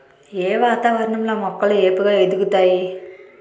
ఏ వాతావరణం లో మొక్కలు ఏపుగ ఎదుగుతాయి?